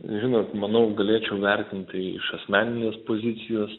žinot manau galėčiau vertinti iš asmeninės pozicijos